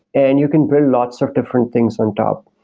and you can build lots of different things on top.